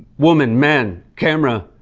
woman, man, camera,